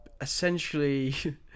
essentially